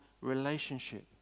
relationship